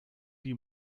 die